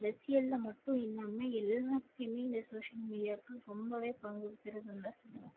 அரசியலில் மட்டும் இல்லாமல் எல்லாத்துலேயுமே இந்த சோஷியல் மீடியாக்கள் ரொம்பவே பங்கு பெறுதுன்னுதான் சொல்லுவேன்